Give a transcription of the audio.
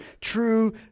true